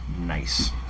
Nice